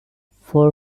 for